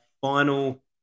final